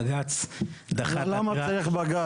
בג"ץ דחה את העתירה --- למה צריך בג"ץ?